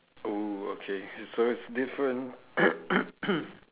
oh okay so it's different